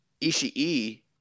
Ishii